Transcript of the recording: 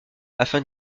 afin